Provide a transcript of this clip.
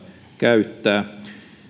käyttää